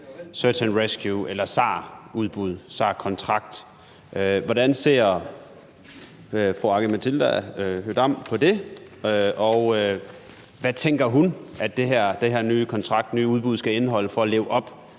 Search and Rescue-udbud, eller SAR-udbud, altså den her SAR-kontrakt. Hvordan ser fru Aki-Matilda Høegh-Dam på det, og hvad tænker hun, at den her nye kontrakt, det her nye udbud skal indeholde for at leve op